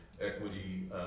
equity